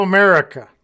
America